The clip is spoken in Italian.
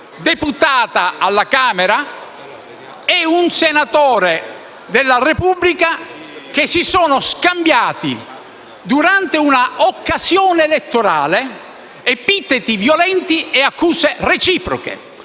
deputata alla Camera, e un senatore della Repubblica che si sono scambiati, durante un'occasione elettorale, epiteti violenti e accuse reciproche.